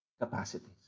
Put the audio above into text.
capacities